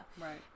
Right